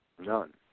None